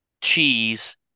cheese